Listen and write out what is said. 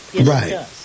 right